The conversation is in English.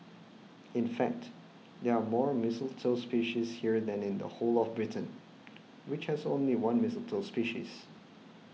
in fact there are more mistletoe species here than in the whole of Britain which has only one mistletoe species